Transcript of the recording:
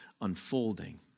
unfolding